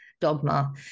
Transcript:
dogma